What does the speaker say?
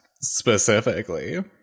specifically